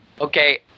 Okay